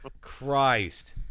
Christ